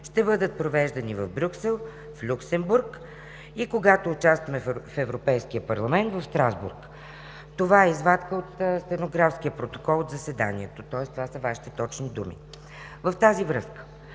ще бъдат провеждани в Брюксел, Люксембург и когато участваме в Европейския парламент ¬– в Страсбург.“ Това е извадка от стенографския протокол от заседанието, тоест това са Вашите точни думи. В тази връзка